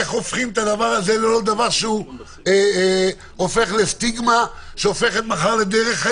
איך זה לא יהיה סטיגמה שמתקבעת?